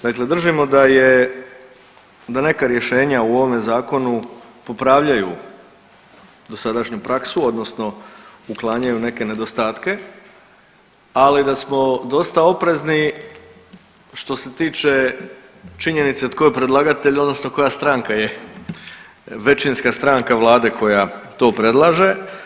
Dakle, držimo da neka rješenja u ovome zakonu popravljaju dosadašnju praksu odnosno uklanjaju neke nedostatke, ali da smo dosta oprezni što se tiče činjenice tko je predlagatelj odnosno koja stranka je većinska stranka vlade koja to predlaže.